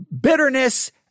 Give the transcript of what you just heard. bitterness